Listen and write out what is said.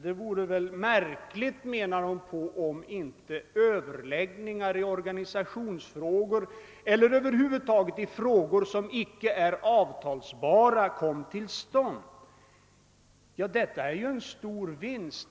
Det vore väl märkligt, menar hon, om inte överläggningar i organisationsfrågor eller över huvud taget i frågor som inte är avtalbara kom till stånd. Det skulle ju vara en stor vinst.